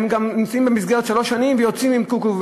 הם גם נמצאים במסגרת שלוש שנים ויוצאים עם קוקו,